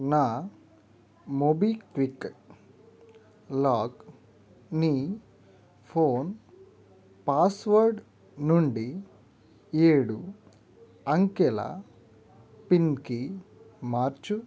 నా మోబిక్విక్ లాక్ని phone password నుండి ఏడు అంకెల పిన్కి మార్చు